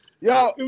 Yo